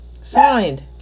Signed